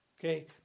okay